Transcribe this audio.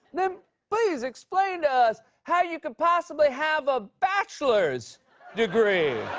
then please explain to us how you could possibly have a bachelor's degree.